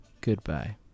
Goodbye